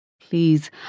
Please